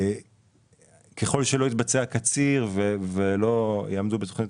ככל שלא יתבצע קציר ולא יעמדו בתכניות